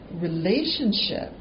relationship